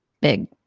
big